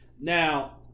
Now –